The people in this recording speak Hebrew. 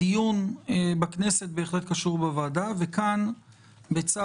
הדיון בכנסת בהחלט קשור בוועדה, וכאן בצד